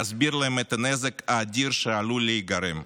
להסביר להם את הנזק האדיר שעלול להיגרם.